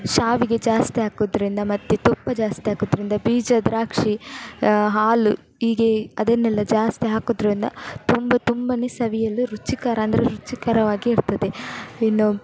ಶಾವಿಗೆ ಜಾಸ್ತಿ ಹಾಕೋದ್ರಿಂದ ಮತ್ತೆ ತುಪ್ಪ ಜಾಸ್ತಿ ಹಾಕೋದ್ರಿಂದ ಬೀಜ ದ್ರಾಕ್ಷಿ ಹಾಲು ಹೀಗೆ ಅದನ್ನೆಲ್ಲ ಜಾಸ್ತಿ ಹಾಕೋದ್ರಿಂದ ತುಂಬ ತುಂಬನೇ ಸವಿಯಲು ರುಚಿಕರ ಅಂದ್ರೆ ರುಚಿಕರವಾಗಿ ಇರ್ತದೆ ಇನ್ನು